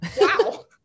Wow